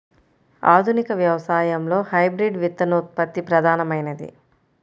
ఆధునిక వ్యవసాయంలో హైబ్రిడ్ విత్తనోత్పత్తి ప్రధానమైనది